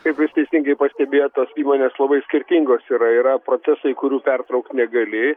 kaip jūs teisingai pastebėjot tos įmonės labai skirtingos yra yra procesai kurių pertraukt negali